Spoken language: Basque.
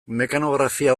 mekanografia